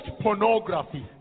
pornography